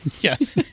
Yes